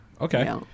Okay